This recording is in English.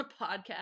podcast